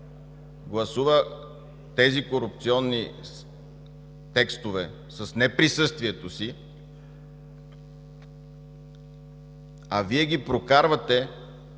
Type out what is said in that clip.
гласува тези корупционни текстове с неприсъствието си, а Вие ги прокарвате,